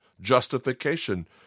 Justification